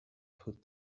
put